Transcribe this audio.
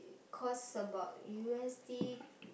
cost about U_S_D